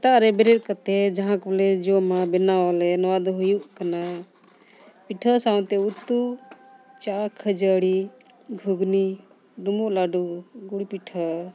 ᱥᱮᱛᱟᱜ ᱨᱮ ᱵᱮᱨᱮᱫ ᱠᱟᱛᱮᱫ ᱡᱟᱦᱟᱸ ᱠᱚᱞᱮ ᱡᱚᱢᱟ ᱵᱮᱱᱟᱣ ᱟᱞᱮ ᱱᱚᱣᱟ ᱫᱚ ᱦᱩᱭᱩᱜ ᱠᱟᱱᱟ ᱯᱤᱴᱷᱟᱹ ᱥᱟᱶᱛᱮ ᱩᱛᱩ ᱪᱟ ᱠᱷᱟᱹᱡᱟᱹᱲᱤ ᱜᱷᱩᱜᱽᱱᱤ ᱰᱩᱢᱵᱩᱜ ᱞᱟᱹᱰᱩ ᱜᱩᱲ ᱯᱤᱴᱷᱟᱹ